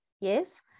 Yes